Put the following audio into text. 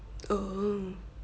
oh